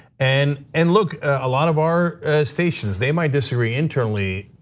and and look, a lot of our stations, they might disagree internally,